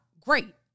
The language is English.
Great